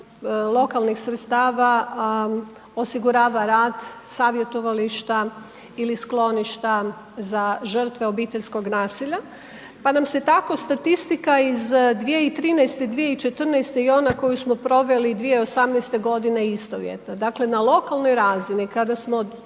lokalnih sredstava osigurava rad savjetovališta ili skloništa za žrtve obiteljskog nasilja. Pa nam se tako statistika iz 2013., 2014. i ona koju smo proveli 2018. godine istovjetna. Dakle, na lokalnoj razini kada smo